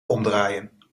omdraaien